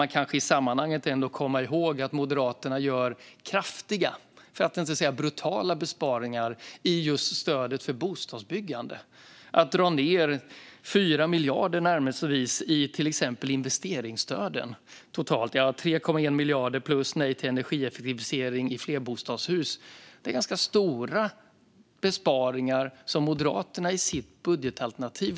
Man ska kanske i sammanhanget komma ihåg att Moderaterna gör kraftiga, för att inte säga brutala, besparingar vad gäller stödet för just bostadsbyggande. De vill dra ned till exempel investeringsstöden med totalt närmare 4 miljarder - 3,1 miljarder plus ett nej till energieffektivisering i flerbostadshus. Moderaterna väljer att göra ganska stora besparingar i sitt budgetalternativ.